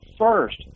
first